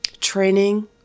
training